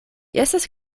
estas